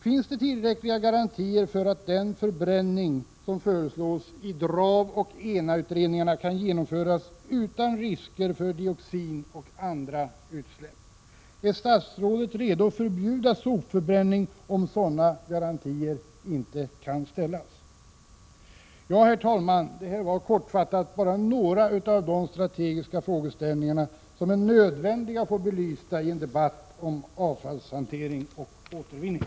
Finns det tillräckliga garantier för att den förbränning som föreslås i DRAV och ENA utredningarna kan genomföras utan risker för dioxinutsläpp och andra utsläpp? Är statsrådet redo att förbjuda sopförbränning, om sådana garantier inte kan ställas? Herr talman! Detta var kortfattat bara några av de strategiska frågor som det är nödvändigt att få belysta i en debatt om avfallshantering och återvinning.